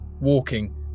walking